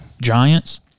Giants